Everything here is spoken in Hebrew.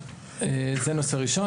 זה הנושא הראשון.